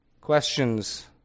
Questions